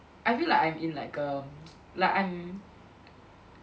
I feel like I'm in like a like I'm